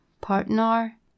partner